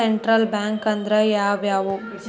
Central bank ಅಂದ್ರ ಯಾವ್ಯಾವು?